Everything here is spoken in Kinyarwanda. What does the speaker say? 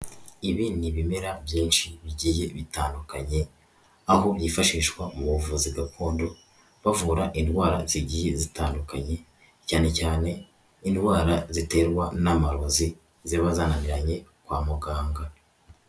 Ibi ni ibimera byinshi bigiye bitandukanye, aho byifashishwa mu buvuzi gakondo bavura indwara zigiye zitandukanye cyane cyane indwara ziterwa n'amarozi ziba zananiranye kwa muganga.